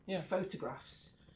photographs